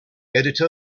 editor